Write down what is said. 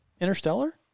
Interstellar